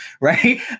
right